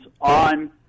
on